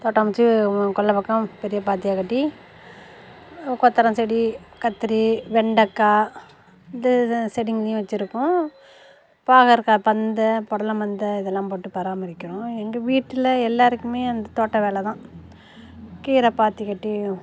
தோட்டம் அமைத்து கொல்லைப்பக்கம் பெரிய பாத்தியாக கட்டி கொத்தவரம் செடி கத்திரி வெண்டைக்கா இந்த செடிங்கள் வச்சுருக்கோம் பாகற்காய் பந்தல் புடலம் பந்தல் இதெல்லாம் போட்டு பராமரிக்கிறோம் எங்கள் வீட்டில் எல்லாேருக்குமே அந்த தோட்ட வேலை தான் கீரை பாத்தி கட்டி